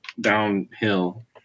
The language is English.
downhill